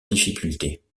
difficultés